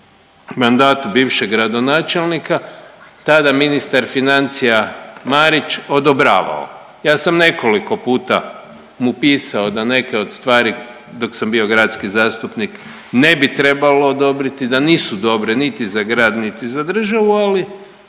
mandatu bivšeg gradonačelnika tada ministar financija Marić odobravao. Ja sam nekoliko puta mu pisao da neke od stvari dok sam bio gradski zastupnik ne bi trebalo odobriti, da nisu dobre niti za grad, niti za državu ali